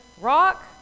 rock